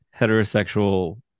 heterosexual